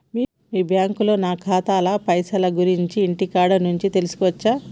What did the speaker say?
మీ బ్యాంకులో నా ఖాతాల పైసల గురించి ఇంటికాడ నుంచే తెలుసుకోవచ్చా?